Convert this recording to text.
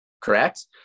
correct